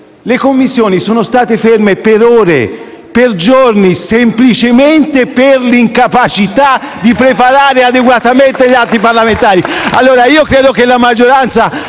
le Commissioni sono state ferme per ore, per giorni, semplicemente per l'incapacità di preparare adeguatamente gli atti parlamentari. *(Applausi dal Gruppo PD)*. Credo che la maggioranza